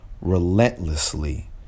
relentlessly